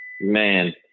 Man